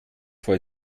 vor